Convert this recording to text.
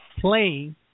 playing